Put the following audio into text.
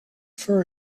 for